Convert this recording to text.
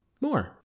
More